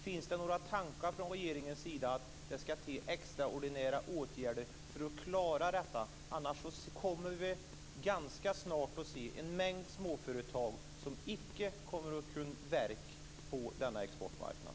Finns det några tankar från regeringens sida om att det skall till extraordinära åtgärder för att klara detta? Annars kommer vi ganska snart att se en mängd småföretag som icke kommer att kunna verka på denna exportmarknad.